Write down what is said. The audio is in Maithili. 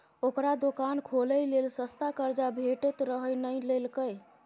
ओकरा दोकान खोलय लेल सस्ता कर्जा भेटैत रहय नहि लेलकै